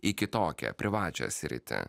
į kitokią privačią sritį